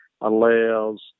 allows